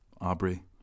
Aubrey